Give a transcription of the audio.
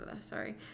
sorry